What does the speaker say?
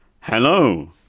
Hello